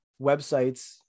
websites